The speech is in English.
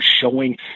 showing